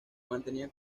mantenía